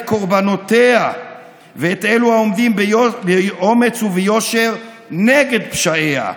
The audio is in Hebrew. קורבנותיה ואת אלה העומדים באומץ וביושר נגד פשעיה,